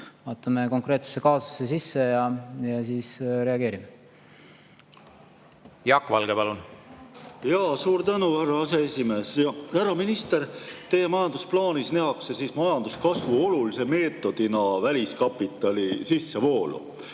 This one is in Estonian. Vaatame konkreetsesse kaasusesse sisse ja siis reageerime. Jaak Valge, palun! Suur tänu, härra aseesimees! Härra minister! Teie majandusplaanis nähakse majanduskasvu olulise [tegurina] väliskapitali sissevoolu,